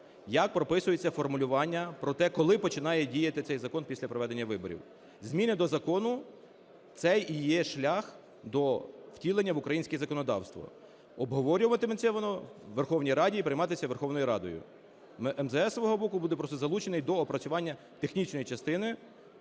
як прописується формулювання про те, коли починає діяти цей закон після проведення виборів. Зміни до закону це і є шлях до втілення в українське законодавство. Обговорюватиметься воно у Верховній Раді і прийматиметься Верховною Радою. МЗС зі свого боку буде просто залучений до опрацювання технічної частини